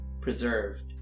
preserved